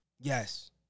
Yes